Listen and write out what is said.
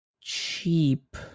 cheap